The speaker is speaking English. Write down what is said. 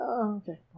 Okay